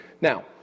Now